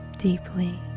Deeply